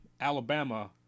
Alabama